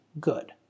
good